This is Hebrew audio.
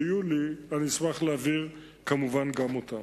כשיהיו לי, אני אשמח להעביר, כמובן, גם אותם.